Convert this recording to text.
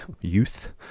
youth